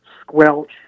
squelch